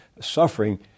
suffering